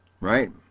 right